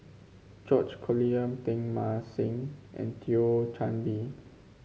George Collyer Teng Mah Seng and Thio Chan Bee